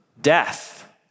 death